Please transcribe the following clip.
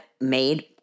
made